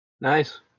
Nice